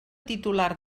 titular